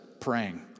praying